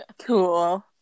cool